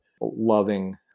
loving